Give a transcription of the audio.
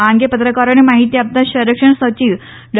આ અંગે પત્રકારોને માહિતી આપતા સંરક્ષણ સચિવ ડો